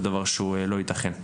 זה דבר שהוא לא ייתכן.